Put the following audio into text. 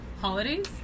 Holidays